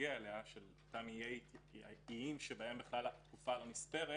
שנגיע אליה של אותם איים שבהם התקופה בכלל מוסתרת